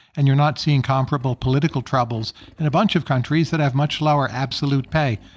and you're not seeing comparable political troubles in a bunch of countries that have much lower absolute pay.